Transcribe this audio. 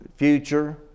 Future